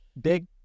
big